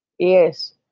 Yes